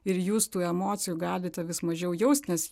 ir jūs tų emocijų galite vis mažiau jaust nes